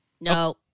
no